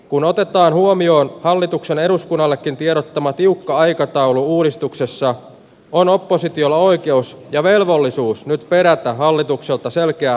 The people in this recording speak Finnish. kun otetaan huomioon hallituksen eduskunnallekin tiedottoman tiukka aikataulu uudistuksessa on opposition oikeus ja velvollisuus nyt perätään hallitukselta selkeää